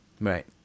Right